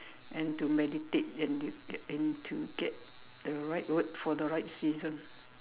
and to meditate and you and to get the right word for the right season